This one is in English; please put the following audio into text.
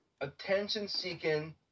attention-seeking